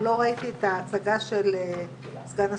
לא ראיתי את ההצגה של סגן השר,